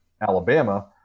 Alabama